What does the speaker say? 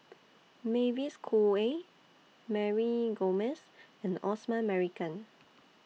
Mavis Khoo Oei Mary Gomes and Osman Merican